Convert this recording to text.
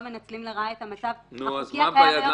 מנצלים לרעה את המצב החוקי הקיים היום,